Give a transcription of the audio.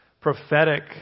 prophetic